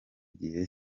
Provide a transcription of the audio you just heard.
gihe